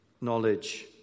knowledge